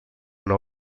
nou